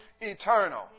eternal